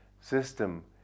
system